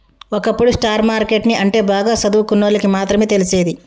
ఒకప్పుడు stock market ని అంటే బాగా సదువుకున్నోల్లకి మాత్రమే తెలిసేది